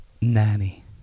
Nanny